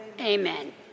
Amen